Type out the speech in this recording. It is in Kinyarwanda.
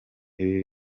ibi